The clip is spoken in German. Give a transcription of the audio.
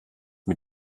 mit